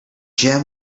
gem